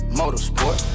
motorsport